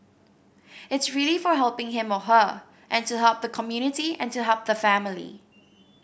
it's really for helping him or her and to help the community and to help the family